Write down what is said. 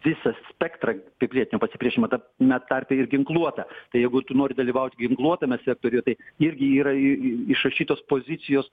visą spektrą pie pilietinio pasipriešinimo ta me tarpe ir ginkluotą tai jeigu tu nori dalyvaut ginkluotame sektoriuje tai irgi yra į į išrašytos pozicijos